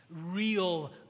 Real